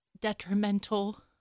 detrimental